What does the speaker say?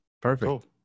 perfect